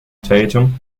tatum